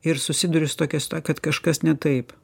ir susiduriu su tokia situa kad kažkas ne taip